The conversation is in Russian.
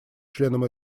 членом